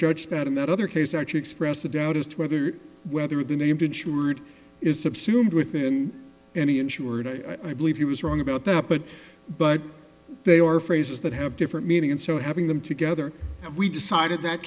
judge that in that other case actually expressed a doubt as to whether whether the named insured is subsumed within any insured i believe he was wrong about that but but they are phrases that have different meaning in so having them together and we decided that